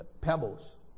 Pebbles